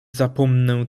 zapomnę